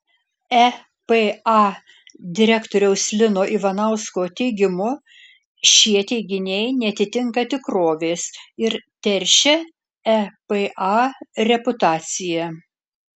epa direktoriaus lino ivanausko teigimu šie teiginiai neatitinka tikrovės ir teršia epa reputaciją